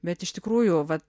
bet iš tikrųjų vat